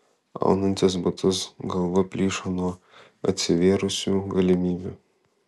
aunantis batus galva plyšo nuo atsivėrusių galimybių